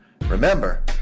Remember